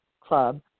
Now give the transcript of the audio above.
Club